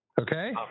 Okay